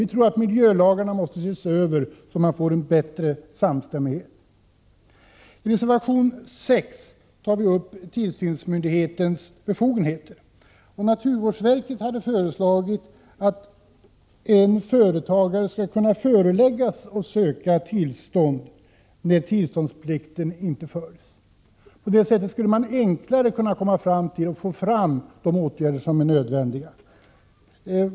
Vi tror att miljölagarna måste ses över så att bättre samstämmighet uppnås. I reservation 6 tar vi upp tillsynsmyndighetens befogenheter. Naturvårdsverket hade föreslagit att en företagare skall kunna föreläggas att söka tillstånd när tillståndsplikt inte följs. På det sättet skulle man enklare kunna få fram de åtgärder som är nödvändiga.